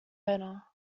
owner